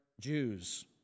Jews